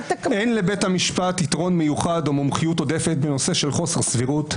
אין לבית המשפט יתרון מיוחד או מומחיות עודפת בנושא של חוסר סבירות.